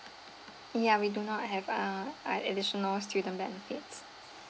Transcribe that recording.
ya we do not have uh an additional student benefits